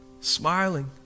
smiling